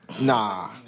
Nah